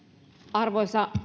arvoisa